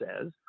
says